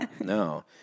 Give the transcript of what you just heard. no